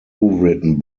written